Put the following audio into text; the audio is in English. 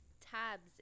tabs